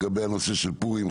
לגבי הנושא של פורים,